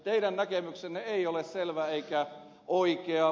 teidän näkemyksenne ei ole selvä eikä oikea